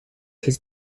his